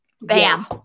bam